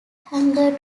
hangar